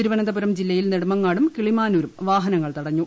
തിരുവനന്തപുരം ജില്ലയിൽ നെടുമങ്ങാടും കിളിമാനൂരും വാഹനങ്ങൾ തടഞ്ഞു